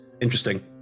interesting